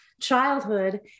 childhood